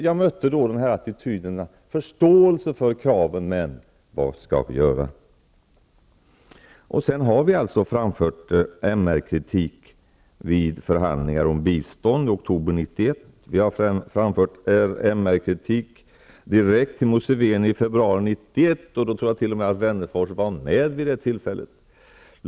Jag mötte attityden förståelse för kraven -- men vad skall vi göra? Sedan har vi alltså framfört MR-kritik vid förhandlingar om bistånd i oktober 1991. Vi har framfört MR-kritik direkt till Museveni 1991, och jag tror t.o.m. att Alf Wennerfors var med vid det tillfället.